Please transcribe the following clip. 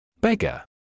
Beggar